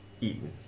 Eaten